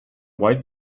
white